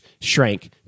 shrank